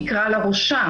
יקרא לה "ראשה",